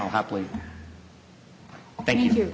i'll happily thank you